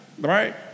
Right